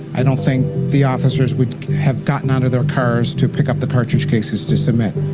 i don't think the officers would have gotten out of their cars to pick up the cartridge cases to submit.